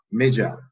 major